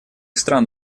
стран